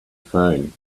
phone